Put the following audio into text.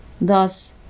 thus